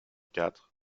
quatre